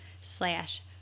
slash